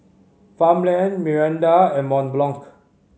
Farmland Mirinda and Mont Blanc